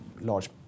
large